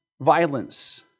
violence